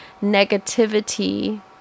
negativity